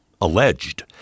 alleged